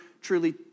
truly